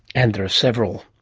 and there are several.